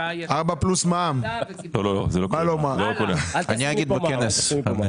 אני אגיד בכנס.